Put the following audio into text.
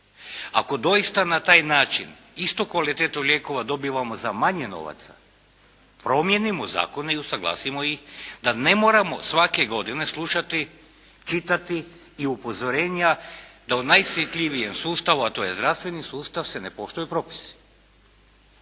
ako doista na taj način istu kvalitetu lijekova dobivamo za manje novaca, promijenimo zakone i usaglasimo ih da ne moramo svake godine slušati, čitati i upozorenja da u najosjetljivijem sustavu, a to je zdravstveni sustav, se ne poštuju propisi.